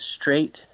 straight